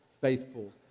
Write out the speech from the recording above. faithful